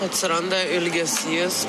atsiranda ilgesys